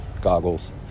Goggles